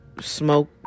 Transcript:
smoke